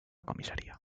comisaría